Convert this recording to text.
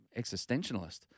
existentialist